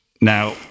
Now